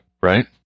right